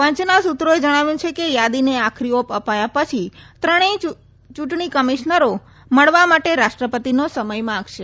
પંચના સુત્રોએ જણાવ્યું છે કે યાદીને આખરી ઓપ અપાયા પછી ત્રણેય ચૂંટણી કમિશનરો મળવા માટે રાષ્ટ્રપતિનો સમય માંગશે